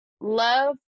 love